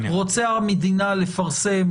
רוצה המדינה לפרסם,